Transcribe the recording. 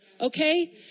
Okay